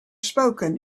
spoken